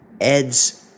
Ed's